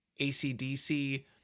ACDC